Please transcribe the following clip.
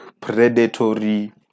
predatory